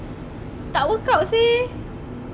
tak work out seh